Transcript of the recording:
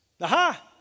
Aha